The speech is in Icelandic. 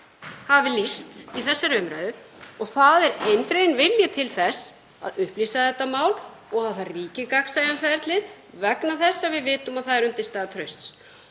hafi lýst í þessari umræðu og það er eindreginn vilji til þess að upplýsa þetta mál og að það ríki gagnsæi um ferlið vegna þess að við vitum að það er undirstaða trausts.